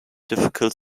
difficult